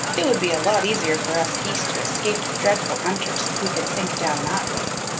it would be a lot easier for us geese to escape the dreadful hunters if we could sink down that way.